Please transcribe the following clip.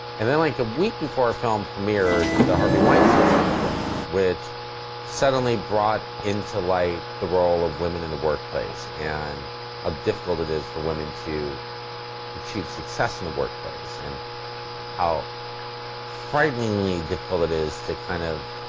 and then like a week before our film premiered, the harvey weinstein scandal broke, which suddenly brought into light the role of women in the workplace, and how difficult it is for women to achieve success in the workplace. and how frighteningly difficult it is to kind of